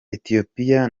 ethiopia